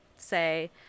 say